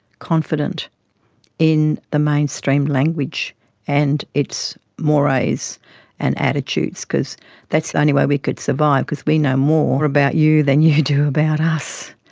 confident in the mainstream language and its mores and attitudes, because that's the only way we could survive, because we know more about you than you do about us.